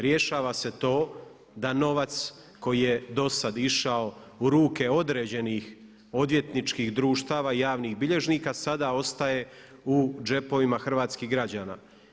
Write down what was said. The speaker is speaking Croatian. Rješava se to da novac koji je do sad išao u ruke određenih odvjetničkih društava i javnih bilježnika sada ostaje u džepovima hrvatskih građana.